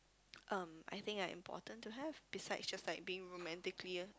um I think are important to have besides just like being romantically